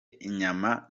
inyama